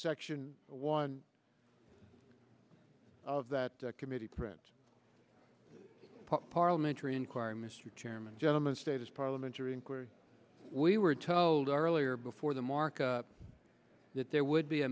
section one of that committee print parliamentary inquiry mr chairman gentleman status parliamentary inquiry we were told earlier before the mark that there would be a